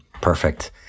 Perfect